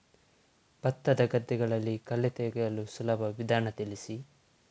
ಭತ್ತದ ಗದ್ದೆಗಳಲ್ಲಿ ಕಳೆ ತೆಗೆಯುವ ಸುಲಭ ವಿಧಾನ ತಿಳಿಸಿ?